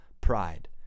pride